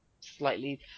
slightly